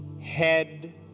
head